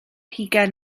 hugain